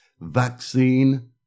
vaccine